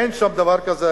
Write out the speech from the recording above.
אין שם דבר כזה.